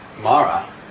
Mara